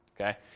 okay